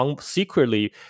secretly